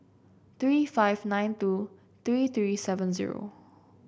three five nine two three three seven zero